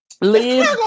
Leave